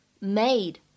made